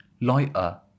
lighter